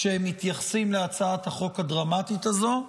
כשהם מתייחסים להצעת החוק הדרמטית הזו.